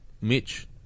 Mitch